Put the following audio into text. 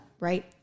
right